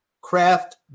craft